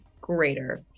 greater